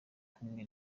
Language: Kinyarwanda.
kumwe